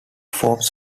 forms